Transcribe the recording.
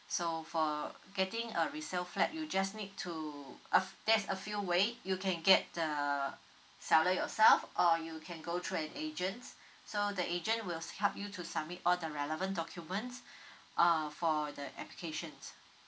so for getting a resale flat you just need to uh there's a few way you can get the seller yourself or you can go through an agent so the agent will help you to submit all the relevant documents uh for the applications